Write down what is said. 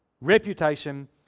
reputation